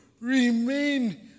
remain